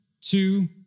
two